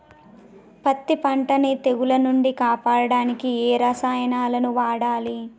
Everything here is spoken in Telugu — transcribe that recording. పత్తి పంటని తెగుల నుంచి కాపాడడానికి ఏ రసాయనాలను వాడాలి?